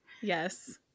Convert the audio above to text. Yes